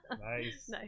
Nice